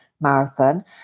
marathon